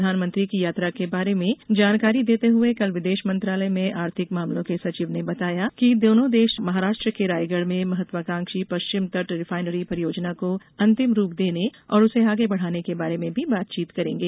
प्रधानमंत्री की यात्रा के बारे में जानकारी देते हुए कल विदेश मंत्रालय में आर्थिक मामलों के सचिव ने बताया कि दोनों देश महाराष्ट्र के रायगढ़ में महत्वाकांक्षी पश्चिमी तट रिफाइनरी परियोजना को अंतिम रूप देने और उसे आगे बढ़ाने के बारे में भी बातचीत करेंगे